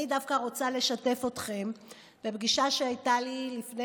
אני דווקא רוצה לשתף אתכם בפגישה שהייתה לי לפני